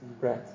Right